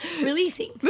Releasing